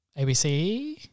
ABC